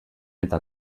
eta